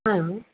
हाँ